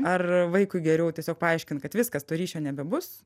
ar vaikui geriau tiesiog paaiškint kad viskas to ryšio nebebus